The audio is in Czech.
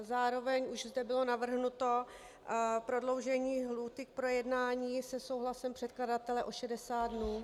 Zároveň už zde bylo navrhnuto prodloužení lhůty k projednání se souhlasem předkladatele o 60 dnů.